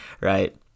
right